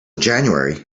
january